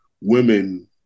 women